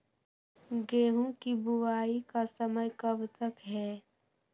गेंहू की बुवाई का समय कब तक है?